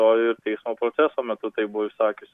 o ir teismo proceso metu tai buvo išsakiusi